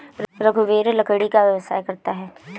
रघुवीर लकड़ी का व्यवसाय करता है